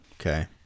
okay